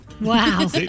Wow